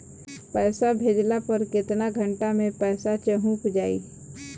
पैसा भेजला पर केतना घंटा मे पैसा चहुंप जाई?